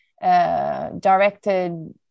directed